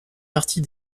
partie